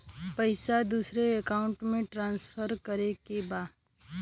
पैसा दूसरे अकाउंट में ट्रांसफर करें के बा?